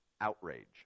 outrage